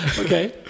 okay